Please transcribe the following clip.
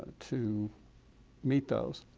to meet those.